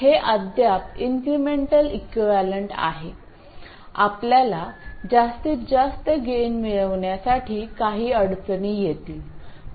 हे अद्याप incremental equivalent आहे आपल्याला जास्तीत जास्त गेन मिळवण्यासाठी काही अडचणी येतील